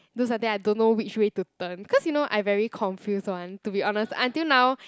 do something I don't know which way to turn cause you know I very confuse [one] to be honest until now